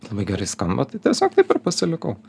labai gerai skamba tai tiesiog taip ir pasilikau